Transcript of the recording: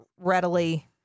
readily